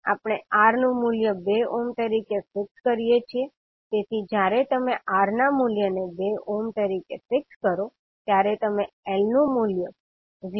આપણે R નું મૂલ્ય 2 ઓહ્મ તરીકે ફિક્સ કરીએ છીએ તેથી જ્યારે તમે R ના મૂલ્યને 2 ઓહ્મ તરીકે ફિક્સ કરો ત્યારે તમે L નું મૂલ્ય 0